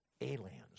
Aliens